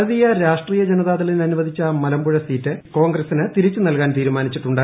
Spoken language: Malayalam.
ഭാരതീയ രാഷ്ട്രീയ ജനതാദളിന് അനുവദിച്ചു മലമ്പുഴ സീറ്റ് കോൺഗ്രസിന് തിരിച്ചു നൽകാൻ തീരുമാനിച്ചിട്ടുണ്ട്